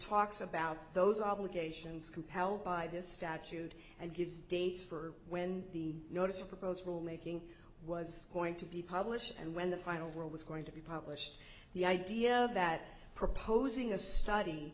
talks about those obligations compelled by this statute and gives dates for when the notice of proposed rule making was going to be published and when the final world was going to be published the idea that proposing a study